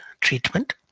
treatment